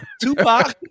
Tupac